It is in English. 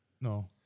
No